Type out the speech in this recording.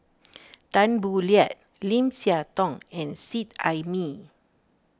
Tan Boo Liat Lim Siah Tong and Seet Ai Mee